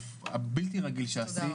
הבלתי רגיל שלך.